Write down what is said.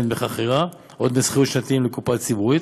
דמי חכירה או דמי שכירות שנתיים לקופה הציבורית,